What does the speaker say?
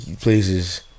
places